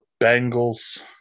Bengals